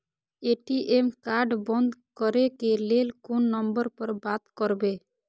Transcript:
ATM card बंद करे के लेल कोन नंबर पर बात करबे?